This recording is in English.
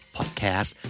Podcast